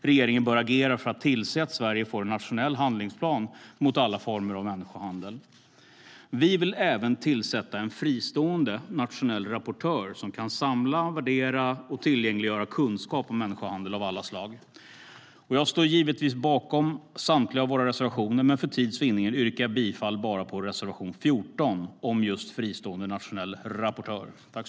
Regeringen bör agera för att tillse att Sverige får en nationell handlingsplan mot alla former av människohandel. Vi vill även tillsätta en fristående nationell rapportör som kan samla, värdera och tillgängliggöra kunskap om människohandel av alla slag. Jag står givetvis bakom samtliga våra reservationer, men för tids vinnande yrkar jag bifall bara till reservation 14 om just fristående nationell rapportör.